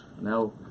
now